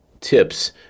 tips